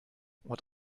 what